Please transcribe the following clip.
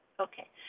Okay